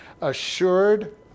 assured